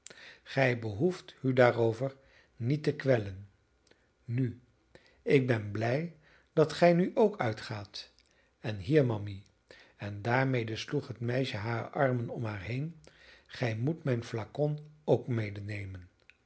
gij behoeft u daarover niet te kwellen nu ik ben blij dat gij nu ook uitgaat en hier mammy en daarmede sloeg het meisje hare armen om haar heen gij moet mijn flacon ook medenemen